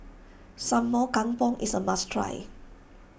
Sambal Kangkong is a must try